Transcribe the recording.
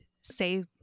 say